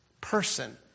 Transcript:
person